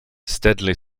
steadily